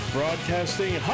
Broadcasting